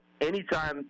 anytime